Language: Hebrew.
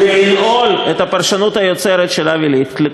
כדי לנעול את הפרשנות היוצרת של אבי ליכט,